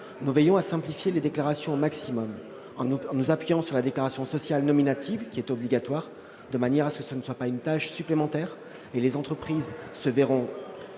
nous veillons à simplifier les déclarations au maximum en nous appuyant sur la déclaration sociale nominative, qui est obligatoire, afin de ne pas créer de tâche supplémentaire. Les entreprises se verront